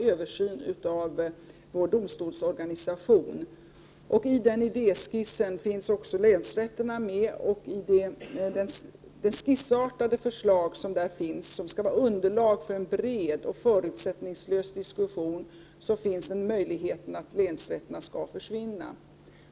översyn av domstolsorganisationen. I den idéskissen finns också länsrätterna med, och i det skissartade förslag som skall vara ett underlag för en bred och förutsättningslös diskussion nämns möjligheten att länsrätterna skall försvinna.